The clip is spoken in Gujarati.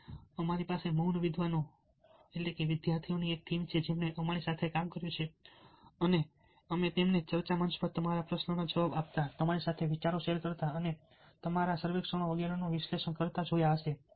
અને અમારી પાસે મૌન વિદ્વાનો વિદ્યાર્થીઓની એક ટીમ છે જેમણે અમારી સાથે કામ કર્યું છે અને તમે તેમને ચર્ચા મંચ પર તમારા પ્રશ્નોના જવાબ આપતા તમારી સાથે વિચારો શેર કરતા અને તમારા સર્વેક્ષણો વગેરેનું વિશ્લેષણ કરતા જોયા હશે